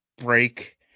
break